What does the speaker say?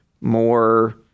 more